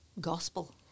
gospel